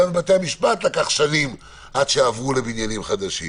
גם לבתי-המשפט לקח שנים עד שעברו למבנים חדשים,